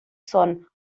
son